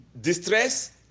distress